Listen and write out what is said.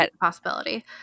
possibility